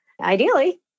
Ideally